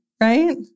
Right